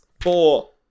Four